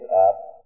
up